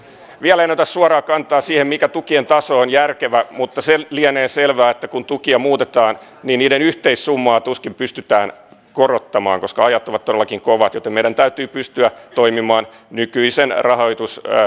vielä en ota suoraa kantaa siihen mikä tukien taso on järkevä mutta se lienee selvää että kun tukia muutetaan niiden yhteissummaa tuskin pystytään korottamaan koska ajat ovat todellakin kovat joten meidän täytyy pystyä toimimaan nykyisen